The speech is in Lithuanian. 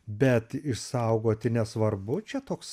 bet išsaugoti nesvarbu čia toks